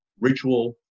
ritual